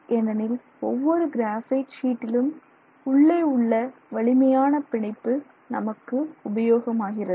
ஏனெனில் ஒவ்வொரு கிராஃபைட் ஷீட்டிலும் உள்ளே உள்ள வலிமையான பிணைப்பு நமக்கு உபயோகமாகிறது